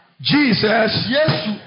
Jesus